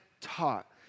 taught